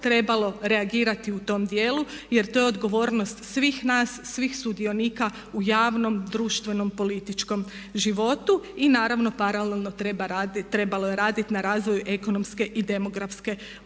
trebalo reagirati u tom dijelu jer to je odgovornost svih nas, svih sudionika u javnom, društvenom, političkom životu i naravno paralelno trebalo je raditi na razvoju ekonomske i demografske politike.